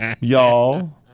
y'all